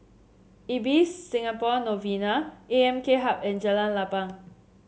Ibis Singapore Novena AMK Hub and Jalan Lapang